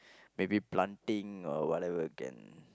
maybe planting or whatever can